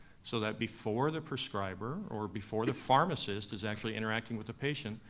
so that before the prescriber or before the pharmacist is actually interacting with the patient,